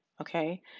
Okay